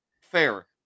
Fair